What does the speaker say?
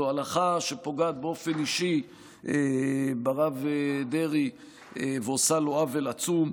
זו הלכה שפוגעת באופן אישי ברב דרעי ועושה לו עוול עצום,